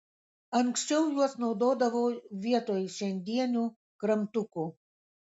anksčiau juos naudodavo vietoj šiandienių kramtukų